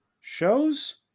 shows